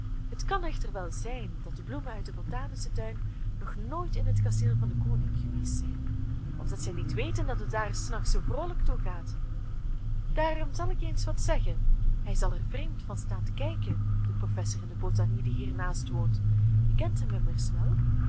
het kan echter wel zijn dat de bloemen uit den botanischen tuin nog nooit in het kasteel van den koning geweest zijn of dat zij niet weten dat het daar s nachts zoo vroolijk toegaat daarom zal ik je eens wat zeggen hij zal er vreemd van staan te kijken de professor in de botanie die hier naast woont je kent hem immers wel